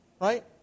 right